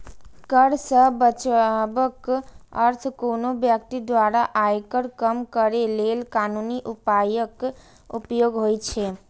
कर सं बचावक अर्थ कोनो व्यक्ति द्वारा आयकर कम करै लेल कानूनी उपायक उपयोग होइ छै